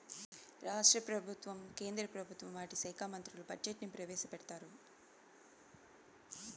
రాష్ట్ర ప్రభుత్వం కేంద్ర ప్రభుత్వం వాటి శాఖా మంత్రులు బడ్జెట్ ని ప్రవేశపెడతారు